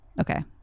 Okay